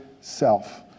self